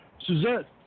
Suzette